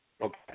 Okay